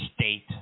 state